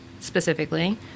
specifically